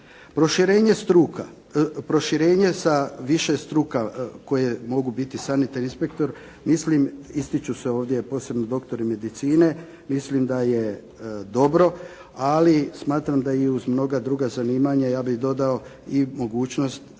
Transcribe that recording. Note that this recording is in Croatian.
na granicama. Proširenje sa više struka koje mogu biti sanitarni inspektor, mislim, ističu se ovdje posebno doktori medicine, mislim da je dobro, ali smatram da i uz mnoga druga zanimanja, ja bih dodao i mogućnost